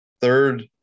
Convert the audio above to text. third